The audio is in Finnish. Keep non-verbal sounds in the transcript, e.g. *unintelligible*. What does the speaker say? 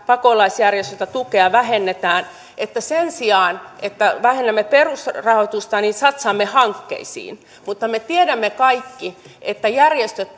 pakolaisjärjestöiltä tukea vähennetään että sen sijaan että vähennämme perusrahoitusta satsaamme hankkeisiin mutta me tiedämme kaikki että järjestöt *unintelligible*